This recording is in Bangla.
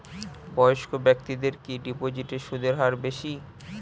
বয়স্ক ব্যেক্তিদের কি ডিপোজিটে সুদের হার বেশি?